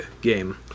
game